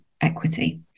equity